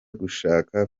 gushaka